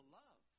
love